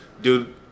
dude